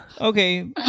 okay